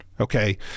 okay